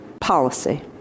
policy